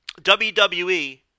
WWE